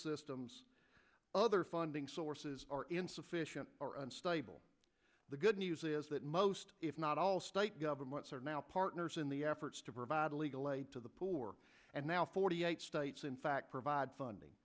systems other funding sources are insufficient or unstable the good news is that most if not all state governments are now partners in the efforts to provide legal aid to the poor and now forty eight states in fact provide funding